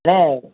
அண்ணே